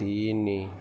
ତିନି